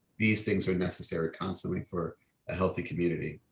these things are necessary constantly for a healthy community.